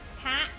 cat